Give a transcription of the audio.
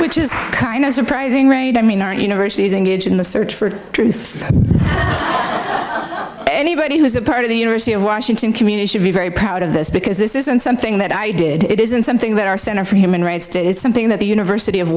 which is kind of surprising right i mean our universities engage in the search for truth anybody who is a part of the university of washington community should be very proud of this because this isn't something that i did it isn't something that our center for human rights did is something that the university of